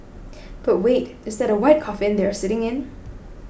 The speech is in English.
but wait is that a white coffin they are sitting in